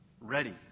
ready